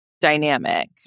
dynamic